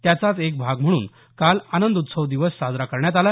त्याचाच एक भाग म्हणून काल आनंद उत्सव दिवस साजरा करण्यात आला